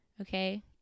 okay